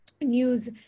news